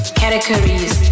categories